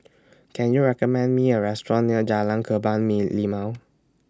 Can YOU recommend Me A Restaurant near Jalan Kebun Me Limau